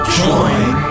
join